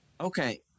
Okay